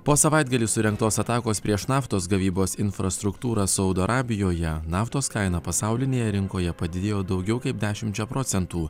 po savaitgalį surengtos atakos prieš naftos gavybos infrastruktūrą saudo arabijoje naftos kaina pasaulinėje rinkoje padidėjo daugiau kaip dešimčia procentų